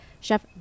chef